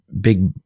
big